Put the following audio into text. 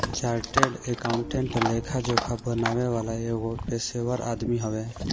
chartered accountant लेखा जोखा बनावे वाला एगो पेशेवर आदमी हवे